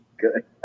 good